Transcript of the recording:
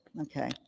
Okay